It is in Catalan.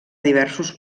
diversos